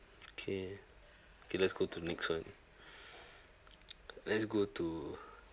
okay okay let's go to the next one let's go to